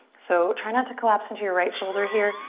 so try not to collapse into your right shoulder here.